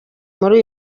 muri